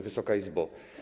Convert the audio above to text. Wysoka Izbo!